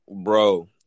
Bro